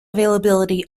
availability